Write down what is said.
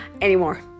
anymore